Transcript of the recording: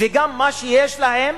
וגם מה שיש להם,